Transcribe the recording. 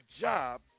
job